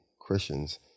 Christians